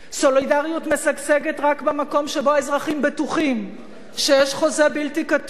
סולידריות משגשגת רק במקום שבו האזרחים בטוחים שיש חוזה בלתי כתוב,